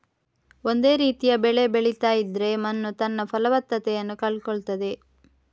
ಒಂದೇ ರೀತಿಯ ಬೆಳೆ ಬೆಳೀತಾ ಇದ್ರೆ ಮಣ್ಣು ತನ್ನ ಫಲವತ್ತತೆಯನ್ನ ಕಳ್ಕೊಳ್ತದೆ